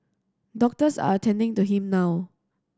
doctors are attending to him now